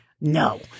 No